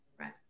Right